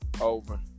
over